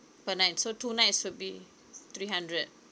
per night so two nights will be three hundred